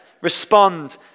Respond